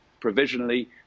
provisionally